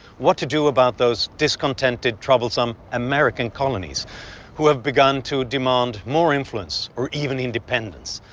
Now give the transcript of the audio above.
what to do about those discontented, troublesome, american colonies who have begun to demand more influence or even independence?